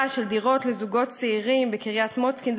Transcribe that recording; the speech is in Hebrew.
של דירות לזוגות צעירים בקריית-מוצקין.